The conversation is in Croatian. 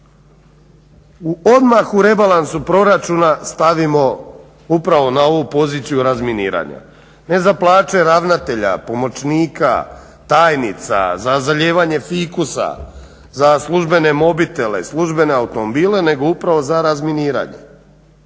odmah u rebalansu proračuna stavimo upravo na ovu poziciju razminiranja ne za plaće ravnatelja, pomoćnika, tajnica, za zalijevanje fikusa, za službene mobitele, službene automobile nego upravo za razminiranje.